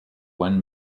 one